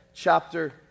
Chapter